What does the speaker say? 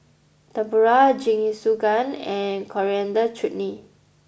Tempura Jingisukan and Coriander Chutney